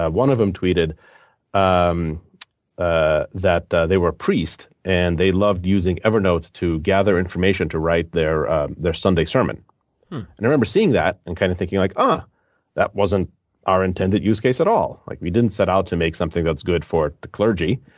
ah one of them tweeted um ah that they were a priest, and they loved using evernote to gather information to write their their sunday sermon. and i remember seeing that and kind of thinking like um that wasn't our intended use case at all. like we didn't set out to make something that's good for the clergy,